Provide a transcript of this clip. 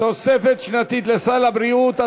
תוספת שנתית לסל הבריאות),